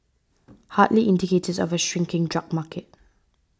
hardly indicators of a shrinking drug market